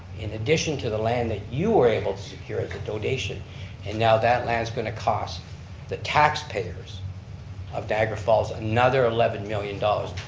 in addition to the land that you were able to secure as a donation and now that land's going to cost the taxpayers of niagara falls another eleven million dollars.